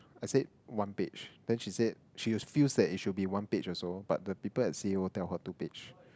I said one page then she said she feels that it should be one page also but the people at tell her two page